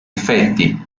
effetti